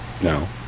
No